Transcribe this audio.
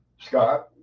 Scott